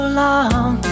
long